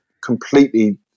completely